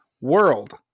world